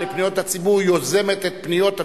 אדוני היושב-ראש, אסביר בכמה מלים נוספות.